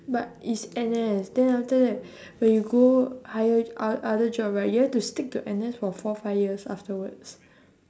but it's N_S then after that when you go higher o~ other job right you have to stick to N_S for four five years afterwards